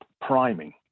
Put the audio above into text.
priming